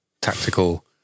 tactical